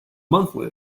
monthly